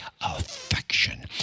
affection